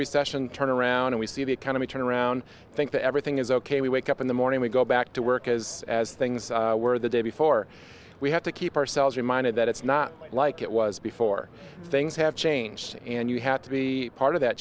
recession turn around and we see the economy turn around think that everything is ok we wake up in the morning we go back to work as as things were the day before we have to keep ourselves reminded that it's not like it was before things have changed and you have to be part of that